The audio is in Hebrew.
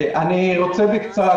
אני רוצה לומר בקצרה.